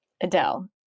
Adele